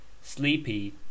sleepy